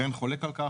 ואין חולק על כך,